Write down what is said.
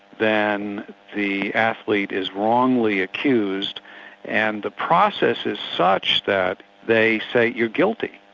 then the athlete is wrongly accused and the process is such that they say you're guilty,